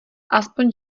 aspoň